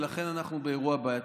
ולכן אנחנו באירוע בעייתי.